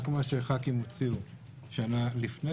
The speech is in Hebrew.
רק מה שחברי כנסת התחייבו שנה לפני